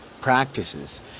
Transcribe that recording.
practices